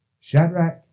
Shadrach